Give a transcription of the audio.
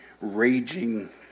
raging